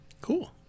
Cool